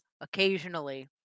occasionally